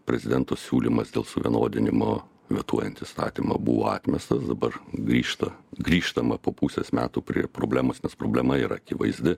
prezidento siūlymas dėl suvienodinimo vetuojant įstatymą buvo atmestas dabar grįžta grįžtama po pusės metų prie problemos nes problema yra akivaizdi